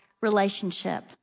relationship